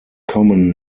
common